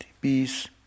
Peace